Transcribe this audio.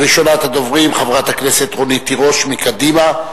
ראשונת הדוברים, חברת הכנסת רונית תירוש מקדימה.